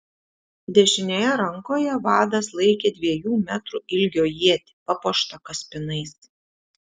dešinėje rankoje vadas laikė dviejų metrų ilgio ietį papuoštą kaspinais